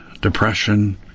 depression